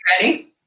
Ready